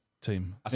team